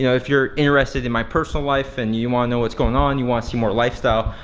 you know if you're interested in my personal life, and you you wanna know what's going on, you wanna see my lifestyle,